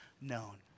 known